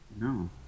No